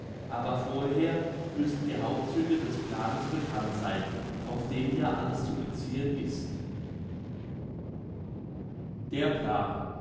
aber vorher müssen die hauptzüge des planes bekannt sein auf den ja alles zu beziehen ist